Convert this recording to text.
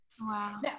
Wow